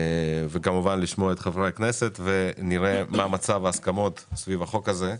כמובן לשמוע את חברי הכנסת ולראות מה מצב ההסכמות סביב החוק הזה.